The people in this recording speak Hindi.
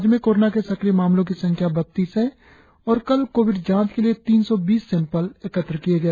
राज्य में कोरोना के सक्रिय मामलों की संख्या बत्तीस है और कल कोविड जांच के लिए तीन सौ बीस सैंपल एकत्र किए गए